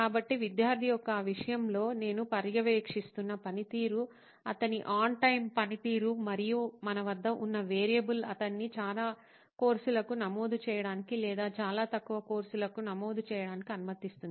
కాబట్టి విద్యార్థి యొక్క ఈ విషయంలో నేను పర్యవేక్షిస్తున్న పనితీరు అతని ఆన్ టైమ్ పనితీరు మరియు మన వద్ద ఉన్న వేరియబుల్ అతన్ని చాలా కోర్సులకు నమోదు చేయడానికి లేదా చాలా తక్కువ కోర్సులకు నమోదు చేయడానికి అనుమతిస్తుంది